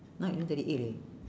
now eleven thirty eight leh